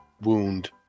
wound